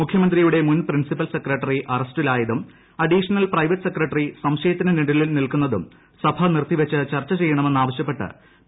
മുഖ്യമന്ത്രിയുടെ മുൻ principal secretary അറസ്റ്റിലായതും അഡീഷണൽ പ്രൈവറ്റ് സെക്രട്ടറി സംശയത്തിന്റെ നിഴലിൽ നിൽക്കുന്നതും സഭാ നിർത്തി വച്ച് ചർച്ച് ചെയ്യണമെന്ന് ആവശ്യപ്പെട്ട് പി